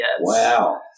Wow